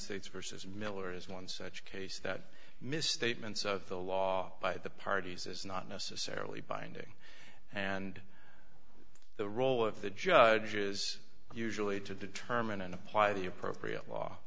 states versus miller is one such case that misstatements of the law by the parties is not necessarily binding and the role of the judge is usually to determine and apply the appropriate law